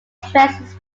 stresses